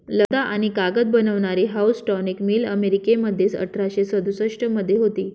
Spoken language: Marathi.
लगदा आणि कागद बनवणारी हाऊसटॉनिक मिल अमेरिकेमध्ये अठराशे सदुसष्ट मध्ये होती